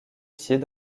pieds